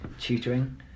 tutoring